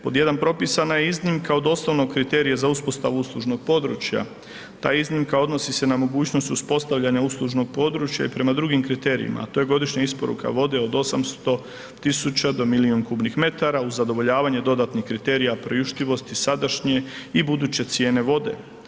Pod 1, propisana je iznimka od osnovnog kriterija za uspostavu uslužnog područja, ta iznimka odnosni se na mogućnost uspostavljanja uslužnog područja i prema drugim kriterijima a to je godišnja isporuka vode od 800 tisuća do milijun kubnih metara uz zadovoljavanje dodatnih kriterija priuštivosti, sadašnje i buduće cijene vode.